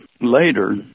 later